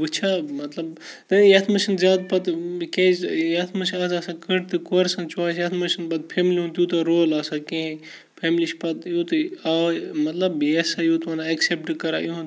وُچھان مطلب یَتھ منٛز چھِنہٕ زیادٕ پَتہٕ کیازِ یَتھ منٛز چھِ اَز آسان کٔٹۍ تہِ کورِ سٕنٛز چویِس یَتھ منٛز چھِنہٕ پَتہٕ فیملی ہُنٛد تیوٗتاہ رول آسان کِہیٖنۍ فیملی چھِ پَتہٕ یوٗتُے آے مطلب یہِ ہَسا یوٗت وَنان ایٚکسیٚپٹ کَران یِہُنٛد